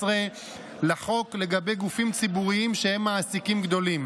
15 לחוק לגבי גופים ציבוריים שהם מעסיקים גדולים,